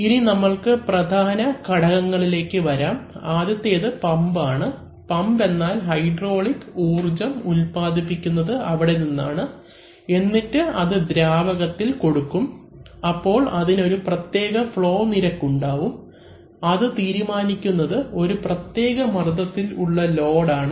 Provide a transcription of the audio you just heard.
ഇനി നമ്മൾക്ക് പ്രധാന ഘടകങ്ങളിലേക്ക് വരാം ആദ്യത്തേത് പമ്പ് ആണ് പമ്പ് എന്നാൽ ഹൈഡ്രോളിക് ഊർജ്ജം ഉൽപാദിക്കുന്നത് അവിടെനിന്നാണ് എന്നിട്ട് അത് ദ്രാവകത്തിൽ കൊടുക്കും അപ്പോൾ അതിന് ഒരു പ്രത്യേക ഫ്ളോ നിരക്ക് ഉണ്ടാവും അത് തീരുമാനിക്കുന്നത് ഒരു പ്രത്യേക മർദ്ദത്തിൽ ഉള്ള ലോഡ് ആണ്